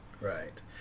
Right